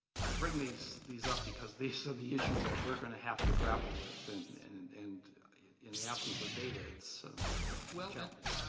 i bring these these up because these are the issues that we're going to have to grapple with and in and in the absence of data, it's a challenge. yeah